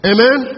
Amen